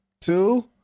two